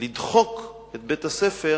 לדחוק את בית-הספר